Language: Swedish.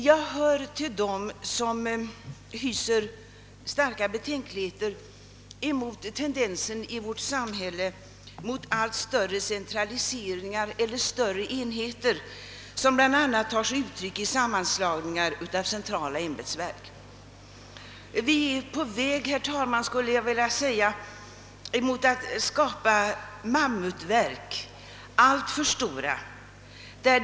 Jag hör till dem som hyser starka betänkligheter mot den tendens i vårt samhälle till allt hårdare centraliseringar och större enheter som bl.a. tar sig uttryck i sammanslagningar av centrala ämbetsverk. Vi är på väg, herr talman, mot att skapa alltför stora mammutverk.